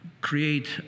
create